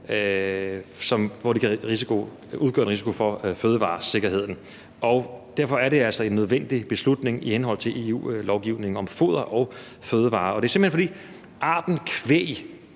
hvor det kan udgøre en risiko for fødevaresikkerheden. Derfor er det altså en nødvendig beslutning i henhold til EU-lovgivning om foder og fødevarer, og det er simpelt hen, fordi arten kvæg